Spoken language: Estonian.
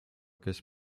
kes